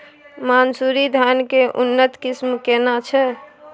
मानसुरी धान के उन्नत किस्म केना छै?